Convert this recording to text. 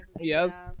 yes